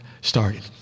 started